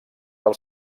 del